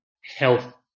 health